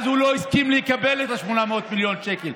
אז הוא לא הסכים לקבל את 800 מיליון השקלים.